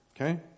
Okay